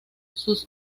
sus